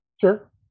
Sure